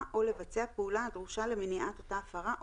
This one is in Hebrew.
או לבצע פעולה הדרושה למניעת אותה הפרה,